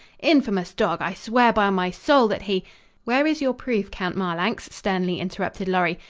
infamous dog! i swear by my soul that he where is your proof, count marlanx? sternly interrupted lorry.